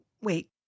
wait